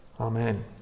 Amen